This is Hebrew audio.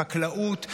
חקלאות,